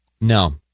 No